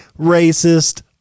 racist